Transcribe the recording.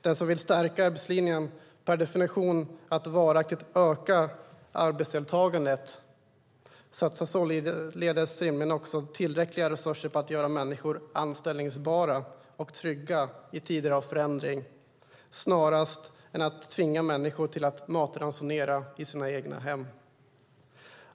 Den som vill stärka arbetslinjen per definitionen att varaktigt öka arbetsdeltagandet satsar således rimligen också tillräckliga resurser på att göra människor anställbara och trygga i tider av förändring snarare än att tvinga dem att matransonera i sina egna hem.